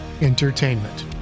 Entertainment